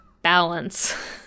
Balance